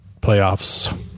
playoffs